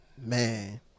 man